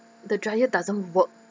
the dryer doesn't work